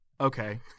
okay